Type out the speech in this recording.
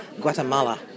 Guatemala